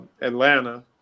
Atlanta